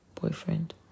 boyfriend